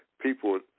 people